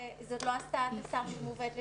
זו לא הצעת השר שמובאת לדיון.